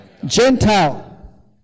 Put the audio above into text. Gentile